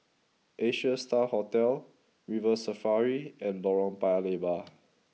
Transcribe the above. Asia Star Hotel River Safari and Lorong Paya Lebar